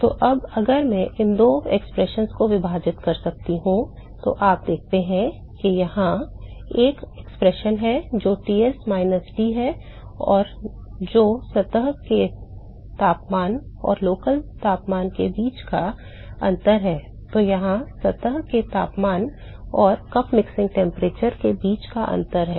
तो अब अगर मैं इन दो अभिव्यक्तियों को विभाजित करता हूं तो आप देखते हैं कि यहां एक अभिव्यक्ति है जो Ts माइनस T है जो सतह के तापमान और स्थानीय तापमान के बीच का अंतर है और यहां सतह के तापमान और कप मिश्रण तापमान के बीच का अंतर है